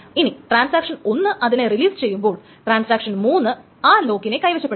ഇനി ട്രാൻസാക്ഷൻ 1 അതിനെ റിലീസ് ചെയ്യുമ്പോൾ ട്രാൻസാക്ഷൻ 3 ആ ലോക്കിനെ കൈവശപ്പെടുത്തുന്നു